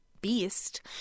beast